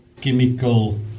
chemical